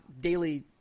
daily